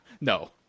No